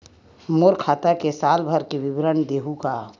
मोर खाता के साल भर के विवरण देहू का?